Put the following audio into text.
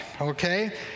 okay